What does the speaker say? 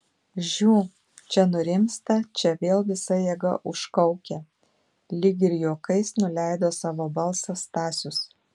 žiū čia nurimsta čia vėl visa jėga užkaukia lyg ir juokais nuleido savo balsą stasius